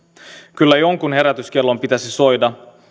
kyllä jonkun herätyskellon pitäisi soida